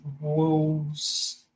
Wolves